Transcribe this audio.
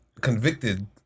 convicted